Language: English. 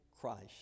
Christ